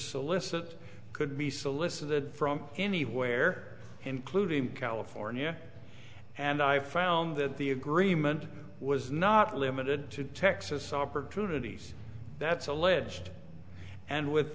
solicit could be solicited from anywhere including california and i found that the agreement was not limited to texas opportunities that's alleged and with